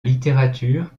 littérature